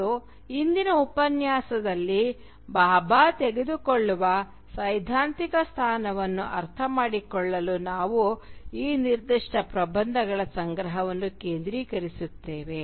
ಮತ್ತು ಇಂದಿನ ಉಪನ್ಯಾಸದಲ್ಲಿ ಭಾಭಾ ತೆಗೆದುಕೊಳ್ಳುವ ಸೈದ್ಧಾಂತಿಕ ಸ್ಥಾನವನ್ನು ಅರ್ಥಮಾಡಿಕೊಳ್ಳಲು ನಾವು ಈ ನಿರ್ದಿಷ್ಟ ಪ್ರಬಂಧಗಳ ಸಂಗ್ರಹವನ್ನು ಕೇಂದ್ರೀಕರಿಸುತ್ತೇವೆ